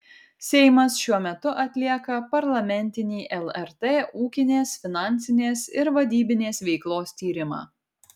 seimas šiuo metu atlieka parlamentinį lrt ūkinės finansinės ir vadybinės veiklos tyrimą